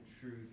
truth